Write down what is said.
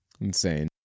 Insane